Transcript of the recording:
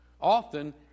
Often